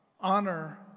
honor